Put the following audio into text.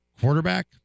quarterback